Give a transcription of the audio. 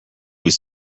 was